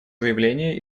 заявление